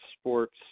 sports